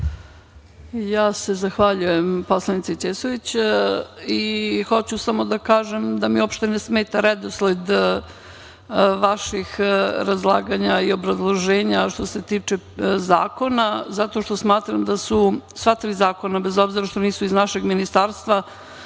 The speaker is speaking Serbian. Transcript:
Zahvaljujem se poslanici Ćosović. Hoću samo da kažem da mi uopšte ne smeta redosled vaših razlaganja i obrazloženja što se tiče zakona, zato što smatram da su sva tri zakona, bez obzira što nisu iz našeg Ministarstva,